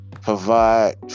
provide